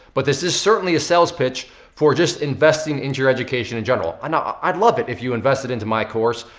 but this is certainly a sales pitch for just investing into your education in general. i'd love it if you invested into my course.